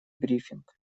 брифинг